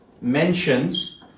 Mentions